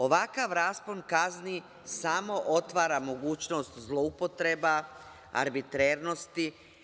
Ovakav raspon kazni samo otvara mogućnost zloupotreba, arbitrernosti.